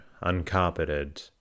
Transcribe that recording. uncarpeted